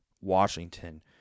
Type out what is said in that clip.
Washington